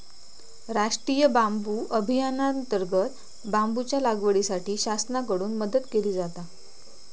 राष्टीय बांबू अभियानांतर्गत बांबूच्या लागवडीसाठी शासनाकडून मदत केली जाता